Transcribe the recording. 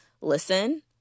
listen